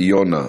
יונה,